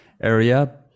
area